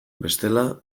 bestela